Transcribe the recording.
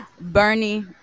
Bernie